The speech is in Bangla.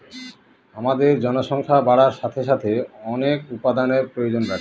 আমাদের জনসংখ্যা বাড়ার সাথে সাথে অনেক উপাদানের প্রয়োজন বাড়ছে